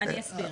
אני אסביר.